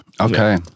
Okay